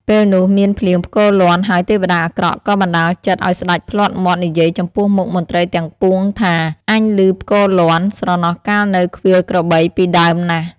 ពេលនោះ មានភ្លៀងផ្គរលាន់ ហើយទេវតាអាក្រក់ក៏បណ្ដាលចិត្តឲ្យស្តេចភ្លាត់មាត់និយាយចំពោះមុខមន្ត្រីទាំងពួងថា «អញឮផ្គរលាន់ ស្រណោះកាលនៅឃ្វាលក្របីពីដើមណាស់!»។